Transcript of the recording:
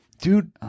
dude